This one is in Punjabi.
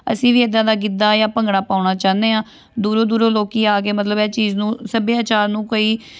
ਅਸੀਂ ਵੀ ਇੱਦਾਂ ਦਾ ਗਿੱਧਾ ਜਾਂ ਭੰਗੜਾ ਪਾਉਣਾ ਚਾਹੁੰਦੇ ਹਾਂ ਦੂਰੋਂ ਦੂਰੋਂ ਲੋਕ ਆ ਕੇ ਮਤਲਬ ਇਹ ਚੀਜ਼ ਨੂੰ ਸੱਭਿਆਚਾਰ ਨੂੰ ਕਈ